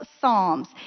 Psalms